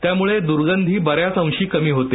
त्यामुळे दुर्गंधी बऱ्याच अंशी कमी होते